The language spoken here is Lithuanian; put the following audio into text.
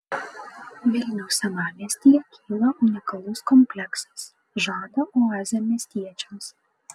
vilniaus senamiestyje kyla unikalus kompleksas žada oazę miestiečiams